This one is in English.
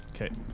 Okay